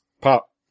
pop